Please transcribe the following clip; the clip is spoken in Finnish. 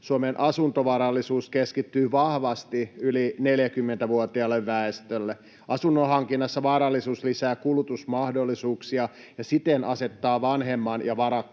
Suomen asuntovarallisuus keskittyy vahvasti yli 40-vuotiaalle väestölle. Asunnon hankinnassa varallisuus lisää kulutusmahdollisuuksia ja siten asettaa vanhemman ja varakkaamman